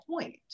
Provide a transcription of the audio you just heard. point